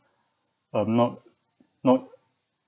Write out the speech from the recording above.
um not not